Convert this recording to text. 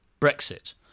Brexit